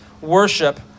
worship